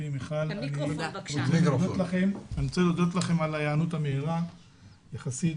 אני רוצה להודות לכם על ההיענות המהירה יחסית